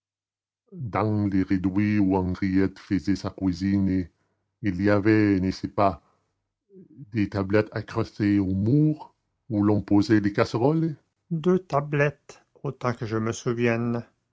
dans le réduit où henriette faisait sa cuisine il y avait n'est-ce pas des tablettes accrochées au mur où l'on posait les casseroles deux tablettes autant que je m'en souvienne